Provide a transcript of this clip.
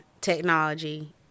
technology